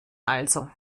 also